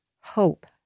hope